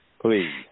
Please